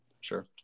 Sure